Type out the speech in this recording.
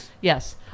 Yes